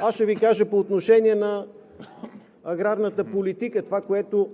Аз ще Ви кажа по отношение на аграрната политика това, което